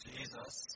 Jesus